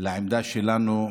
לעמדה שלנו,